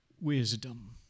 wisdom